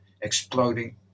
exploding